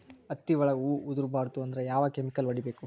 ಹತ್ತಿ ಒಳಗ ಹೂವು ಉದುರ್ ಬಾರದು ಅಂದ್ರ ಯಾವ ಕೆಮಿಕಲ್ ಹೊಡಿಬೇಕು?